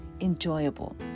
enjoyable